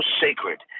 sacred